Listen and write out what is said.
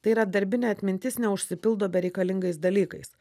tai yra darbinė atmintis neužsipildo bereikalingais dalykais